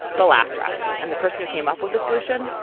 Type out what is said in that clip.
the laugh track and the person who came up with the solution?